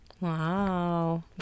wow